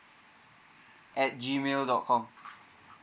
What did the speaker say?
at G mail dot com